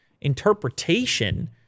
interpretation